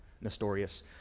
Nestorius